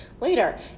later